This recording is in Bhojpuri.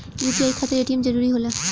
यू.पी.आई खातिर ए.टी.एम जरूरी होला?